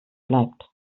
bleibt